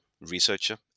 researcher